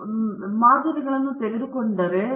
ವಿಶ್ವಾಸಾರ್ಹ ಮಧ್ಯಂತರದಿಂದ ನಿಖರವಾಗಿ ಅರ್ಥವೇನು